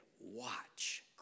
Watch